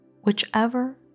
whichever